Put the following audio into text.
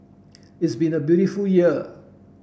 it's been a beautiful year